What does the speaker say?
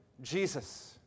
Jesus